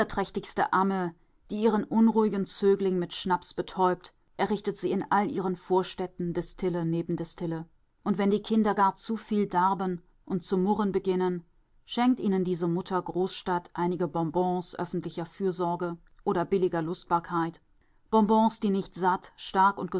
amme die ihren unruhigen zögling mit schnaps betäubt errichtet sie in all ihren vorstädten destille neben destille und wenn die kinder gar zuviel darben und zu murren beginnen schenkt ihnen diese mutter großstadt einige bonbons öffentlicher fürsorge oder billiger lustbarkeit bonbons die nicht satt stark